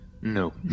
No